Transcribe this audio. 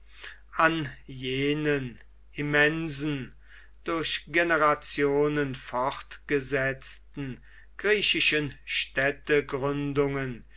an jenen immensen durch generationen fortgesetzten griechischen städtegründungen